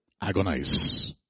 Agonize